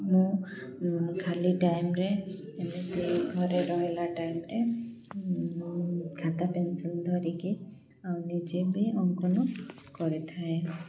ମୁଁ ଖାଲି ଟାଇମରେ ଏମିତି ଘରେ ରହିଲା ଟାଇମରେେ ମୁଁ ଖାତା ପେନ୍ସିଲ୍ ଧରିକି ଆଉ ନିଜେ ବି ଅଙ୍କନ କରିଥାଏ